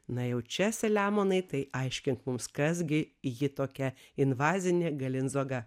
na jau čia selemonai tai aiškink mums kas gi ji tokia invazinė galinzoga